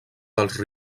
dels